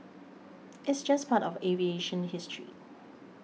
it's just part of aviation history